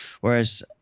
Whereas